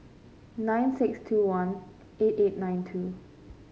nine six two one eight eight nine two